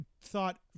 thought